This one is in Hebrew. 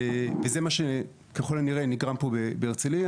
וזה מה שככל הנראה נגרם פה בהרצליה.